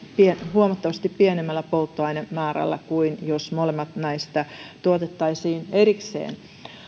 huomattavasti pienemmällä polttoainemäärällä kuin jos molemmat näistä tuotettaisiin erikseen